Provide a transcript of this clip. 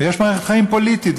ויש מערכת חיים פוליטית,